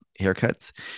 haircuts